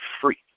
free